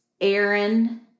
Aaron